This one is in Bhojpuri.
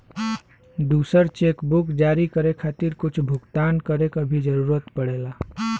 दूसर चेकबुक जारी करे खातिर कुछ भुगतान करे क भी जरुरत पड़ेला